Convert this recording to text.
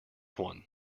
one